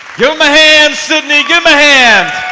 give my hand sydney give my hand.